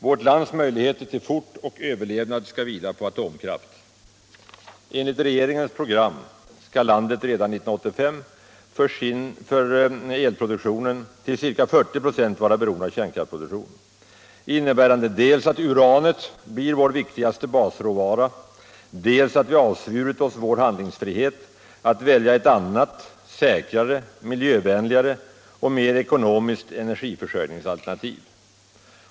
Vårt lands möjligheter till fortoch överlevnad skall vila på atomkraft. Enligt regeringens program skall landet redan 1985 för sin elproduktion till ca 40 96 vara beroende av kärnkraftproduktion, innebärande dels att uranet blir vår viktigaste basråvara, dels att vi avsvurit oss vår handlingsfrihet att välja ett annat, säkrare, miljövänligare och mer ekonomiskt energiförsörjningsalternativ.